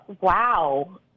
Wow